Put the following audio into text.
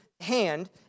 Hand